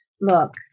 look